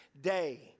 day